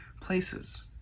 places